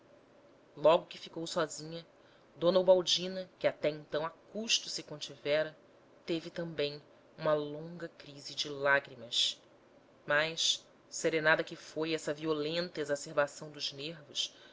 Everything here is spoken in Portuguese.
logo que ficou sozinha d ubaldina que até então a custo se contivera teve também uma longa crise de lágrimas mas serenada que foi essa violenta exacerbação dos nervos